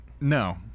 no